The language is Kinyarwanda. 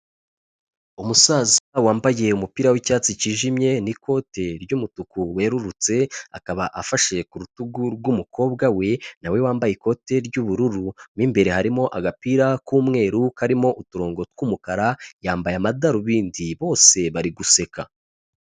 Umusaza wambaye umupira w'icyatsi cyijimye n'ikote ry'umutuku werurutse, akaba afashe ku rutugu rw'umukobwa we na we wambaye ikote ry'ubururu, mo imbere harimo agapira k'umweru karimo uturongo tw'umukara, yambaye amadarubindi, bose bari guseka.